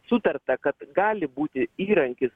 sutarta kad gali būti įrankis